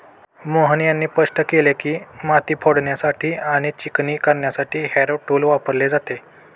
मोहन यांनी स्पष्ट केले की, माती फोडण्यासाठी आणि चिकणी करण्यासाठी हॅरो टूल वापरले जाते